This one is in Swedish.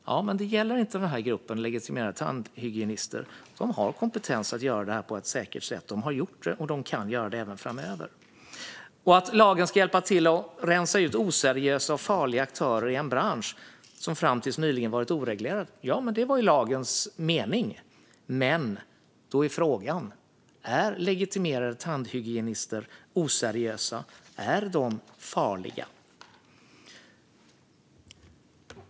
Ja, men det gäller inte gruppen legitimerade tandhygienister; de har kompetens att göra detta på ett säkert sätt. De har gjort det och kan göra det även framöver. Att lagen skulle hjälpa till att rensa ut oseriösa och farliga aktörer i en bransch som fram till nyligen var oreglerad var ju meningen, men då är frågan: Är legitimerade tandhygienister oseriösa? Är de farliga?